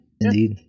Indeed